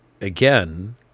again